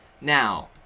now